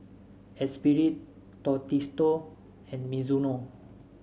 Esprit Tostitos and Mizuno